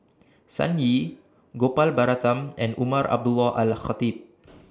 Sun Yee Gopal Baratham and Umar Abdullah Al Khatib